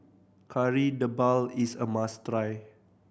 Kari Debal is a must try